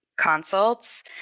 consults